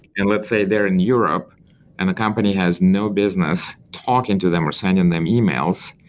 and let's say they're in europe and the company has no business talking to them or sending and them emails,